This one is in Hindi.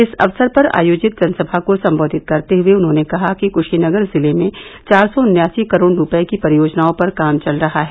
इस अवसर पर आयोजित जनसमा को संबोधित करते हुए उन्होंने कहा कि करीनगर जिले में चार सौ उन्यासी करोड रूपये की परियोजनाओं पर कान चल रहा है